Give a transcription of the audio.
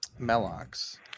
Melox